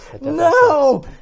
no